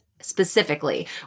specifically